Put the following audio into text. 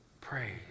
Praise